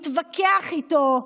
מתווכח איתו,